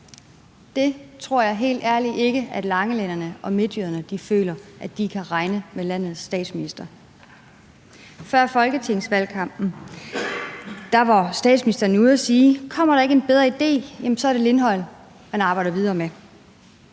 Det tror jeg helt ærligt ikke at langelænderne og midtjyderne føler, altså at de kan regne med landets statsminister. Før folketingsvalgkampen var statsministeren ude og sige: Kommer der ikke en bedre idé, er det Lindholm, man arbejder videre med.